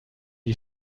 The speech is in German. die